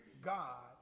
God